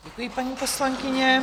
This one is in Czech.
Děkuji, paní poslankyně.